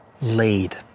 laid